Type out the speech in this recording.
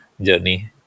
journey